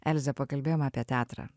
elze pakalbėjom apie teatrą